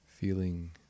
Feeling